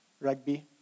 rugby